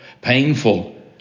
painful